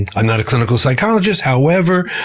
and i'm not a clinical psychologist, however.